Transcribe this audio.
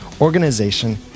organization